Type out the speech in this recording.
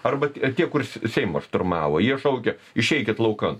arba tie kur seimą šturmavo jie šaukė išeikit laukan